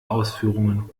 ausführungen